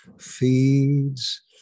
feeds